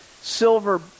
silver